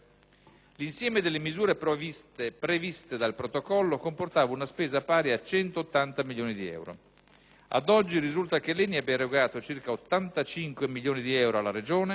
L'insieme delle misure previste dal protocollo comportava una spesa pari a 180 milioni di euro. Ad oggi, risulta che l'ENI abbia erogato circa 85 milioni di euro alla Regione,